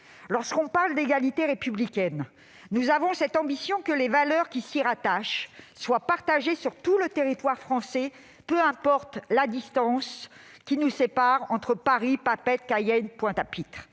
Lorsque l'on parle d'égalité républicaine, nous avons l'ambition que les valeurs qui s'y rattachent soient partagées sur tout le territoire français, peu importe la distance qui sépare Paris de Papeete, Cayenne ou Pointe-à-Pitre.